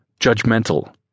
Judgmental